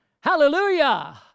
Hallelujah